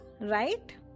right